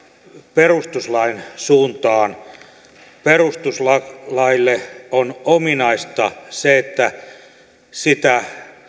perustuslain suuntaan perustuslaille on ominaista se että sitä